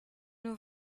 nous